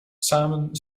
samen